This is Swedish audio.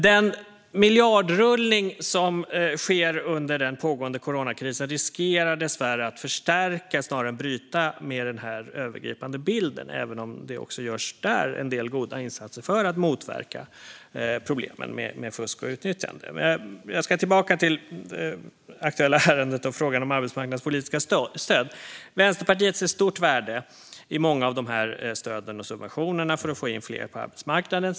Den miljardrullning som sker under den pågående coronakrisen riskerar dessvärre att förstärka snarare än bryta med den här övergripande bilden, även om det också där görs en del goda insatser för att motverka fusk och utnyttjande. Men jag ska tillbaka till det aktuella ärendet och frågan om arbetsmarknadspolitiska stöd. Vänsterpartiet ser ett stort värde i många av dessa stöd och subventioner för att få in fler på arbetsmarknaden.